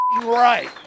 right